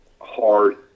hard